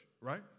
right